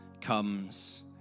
comes